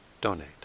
donate